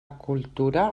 cultura